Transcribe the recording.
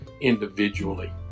individually